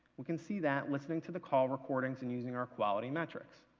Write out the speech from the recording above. you can see that listening to the call recordings and using our quality metrics.